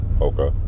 Okay